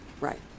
Right